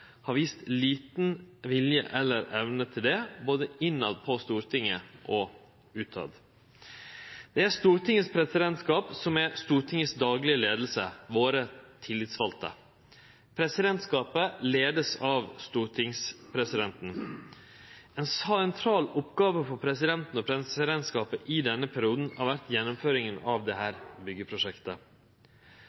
har vist liten vilje eller evne til det, både innetter på Stortinget og utetter. Det er Stortingets presidentskap som er Stortingets daglige leiing, våre tillitsvalde. Presidentskapet vert leia av stortingspresidenten. Ei sentral oppgåve for presidenten og presidentskapet i denne perioden har vore gjennomføringa av dette byggeprosjektet.